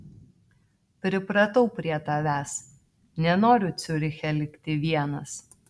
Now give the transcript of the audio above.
pripratau prie tavęs nenoriu ciuriche likti vienas